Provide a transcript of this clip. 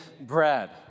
bread